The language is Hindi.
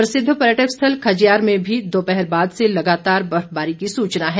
प्रसिद्ध पर्यटक स्थल खजियार में भी दोपहर बाद से लगातार बर्फबारी की सूचना है